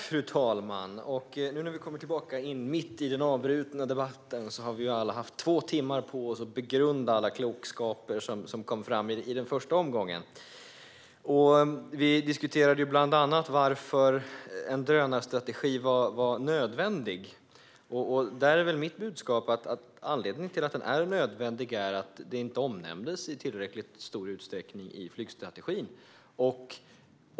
Fru talman! Vi kommer nu tillbaka mitt i den avbrutna debatten, och vi har alla haft två timmar på oss att begrunda all klokskap som kom fram i den första omgången. Vi diskuterade bland annat varför en drönarstrategi är nödvändig. Där är mitt budskap att anledningen till att en sådan är nödvändig är att denna teknik inte omnämndes i tillräckligt stor utsträckning i flygstrategin.